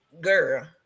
girl